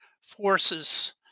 forces